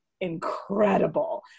incredible